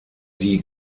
die